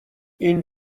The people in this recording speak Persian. این